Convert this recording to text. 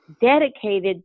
dedicated